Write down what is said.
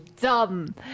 dumb